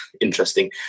Interesting